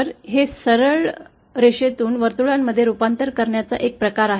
तर हे सरळ रेषेतून वर्तुळामध्ये रुपांतर करण्याचा एक प्रकार आहे